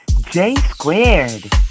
J-squared